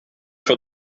for